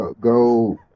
Go